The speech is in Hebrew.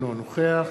אינו נוכח